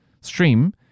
stream